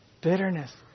Bitterness